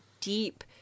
deep